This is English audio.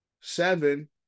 seven